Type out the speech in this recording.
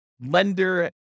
lender